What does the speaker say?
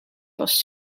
was